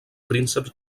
prínceps